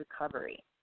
recovery